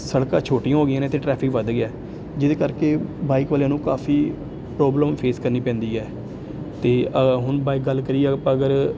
ਸੜਕਾਂ ਛੋਟੀਆਂ ਹੋ ਗਈਆਂ ਨੇ ਅਤੇ ਟਰੈਫਿਕ ਵੱਧ ਗਿਆ ਜਿਹਦੇ ਕਰਕੇ ਬਾਈਕ ਵਾਲਿਆਂ ਨੂੰ ਕਾਫੀ ਪ੍ਰੋਬਲਮ ਫੇਸ ਕਰਨੀ ਪੈਂਦੀ ਹੈ ਅਤੇ ਹੁਣ ਬਾਏ ਗੱਲ ਕਰੀਏ ਅਗਰ